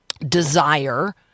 desire